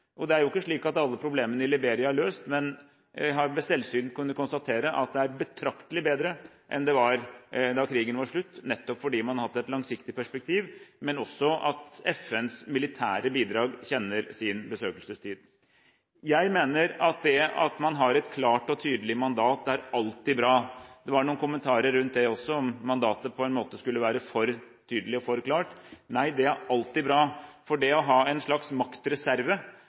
Nå er det jo ikke slik at alle problemene i Liberia er løst, men jeg har ved selvsyn kunnet konstatere at det er betraktelig bedre enn det var da krigen var slutt, nettopp fordi man har hatt et langsiktig perspektiv, men også at FNs militære bidrag kjenner sin besøkelsestid. Jeg mener at det å ha et klart og tydelig mandat alltid er bra. Det var noen kommentarer til det også, at mandatet på en måte var for tydelig og for klart. Nei, det er alltid bra. For det å ha en slags maktreserve,